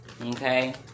Okay